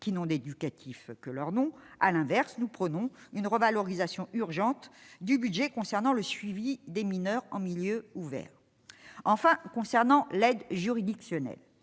qui n'ont d'éducatif que leur nom à l'inverse, nous prenons une revalorisation urgente du budget concernant le suivi des mineurs en milieu ouvert, enfin concernant l'aide juridictionnelle,